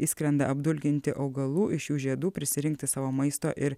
išskrenda apdulkinti augalų iš jų žiedų prisirinkti savo maisto ir